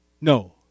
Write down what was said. No